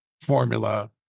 formula